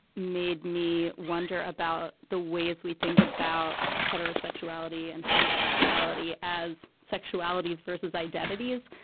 made me wonder about the ways we think about heterosexuality and homosexuality as sexualities versus identities.